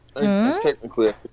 Technically